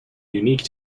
unique